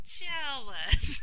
jealous